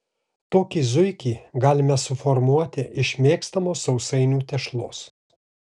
tokį zuikį galime suformuoti iš mėgstamos sausainių tešlos